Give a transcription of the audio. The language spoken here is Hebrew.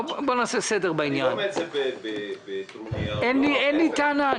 זה בסדר, אין לי טענה.